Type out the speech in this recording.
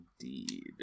indeed